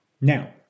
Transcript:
Now